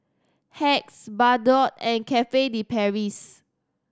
Hacks Bardot and Cafe De Paris